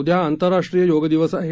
उद्या आंतरराष्ट्रीय योग दिवस आहे